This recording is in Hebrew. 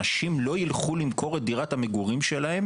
אנשים לא יילכו למכור את דירת המגורים שלהם